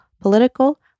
political